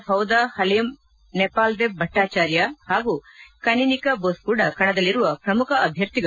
ಫೌದ ಹಲಿಮ್ ನೆಪಾಲ್ದೆಬ್ ಭಟ್ಪಾಚಾರ್ಯ ಹಾಗೂ ಕನಿನಿಕಾ ಬೋಸ್ ಕೂಡ ಕಣದಲ್ಲಿರುವ ಪ್ರಮುಖ ಅಭ್ಯರ್ಥಿಗಳು